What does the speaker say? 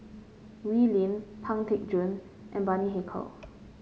Wee Lin Pang Teck Joon and Bani Haykal